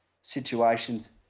situations